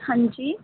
ਹਾਂਜੀ